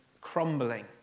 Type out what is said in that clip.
Crumbling